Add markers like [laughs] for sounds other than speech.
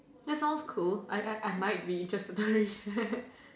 that sounds cool I I I might be interested in it [laughs]